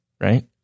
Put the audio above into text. right